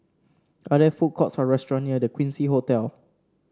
are there food courts or restaurant near The Quincy Hotel